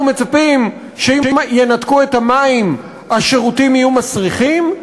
אנחנו מצפים שאם ינתקו את המים השירותים יהיו מסריחים?